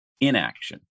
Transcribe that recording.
inaction